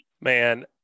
man